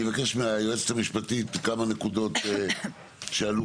אני אבקש מהיועצת המשפטית כמה נקודות שעלו